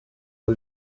ubu